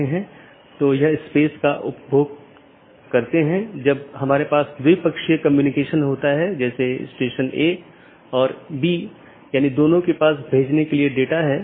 यह केवल उन्हीं नेटवर्कों के विज्ञापन द्वारा पूरा किया जाता है जो उस AS में या तो टर्मिनेट होते हैं या उत्पन्न होता हो यह उस विशेष के भीतर ही सीमित है